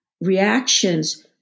Reactions